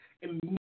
immediately